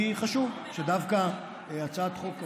כי חשוב שדווקא הצעת החוק הזאת,